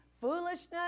foolishness